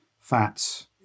fats